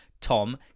Tom